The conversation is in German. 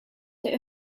der